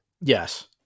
Yes